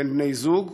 בין בני-זוג.